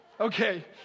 okay